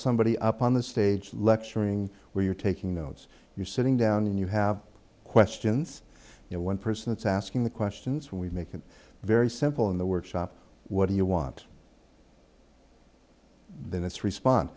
somebody up on the stage lecturing where you're taking notes you're sitting down and you have questions you know one person that's asking the questions we make it very simple in the workshop what do you want then its respon